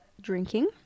drinking